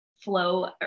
flow